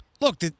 look